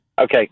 okay